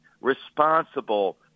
responsible